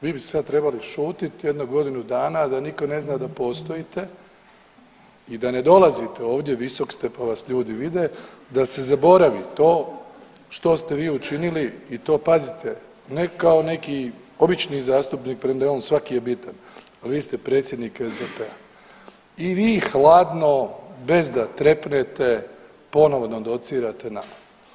Vi bi sad trebali šutit jedno godinu dana da niko ne zna da postojite i da ne dolazite ovdje, visok ste, pa vas ljudi vide, da se zaboravi to što ste vi učinili i to pazite ne kao neki obični zastupnik premda je on, svaki je bitan, a vi ste predsjednik SDP-a i vi hladno bez da trepnete ponovo nam docirate nama.